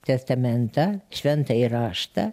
testamentą šventąjį raštą